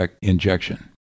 injection